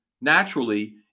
naturally